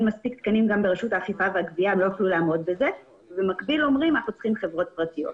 מספיק תקנים ברשות האכיפה והגבייה ובמקביל אומרים שצריך חברות פרטיות.